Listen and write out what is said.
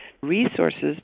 resources